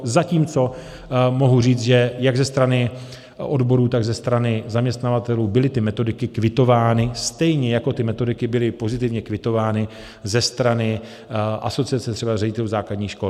Zatímco mohu říct, že jak ze strany odborů, tak ze strany zaměstnavatelů byly ty metodiky kvitovány, stejně jako ty metodiky byly pozitivně kvitovány ze strany asociace třeba ředitelů základních škol.